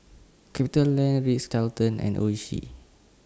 CapitaLand Ritz Carlton and Oishi